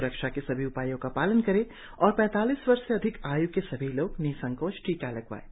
स्रक्षा के सभी उपायों का पालन करें और पैतालीस वर्ष से अधिक आयु के सभी लोग निसंकोच टीका लगवाएं